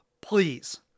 Please